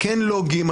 כן לוגים,